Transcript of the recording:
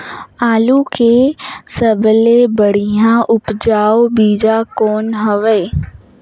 आलू के सबले बढ़िया उपजाऊ बीजा कौन हवय?